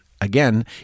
again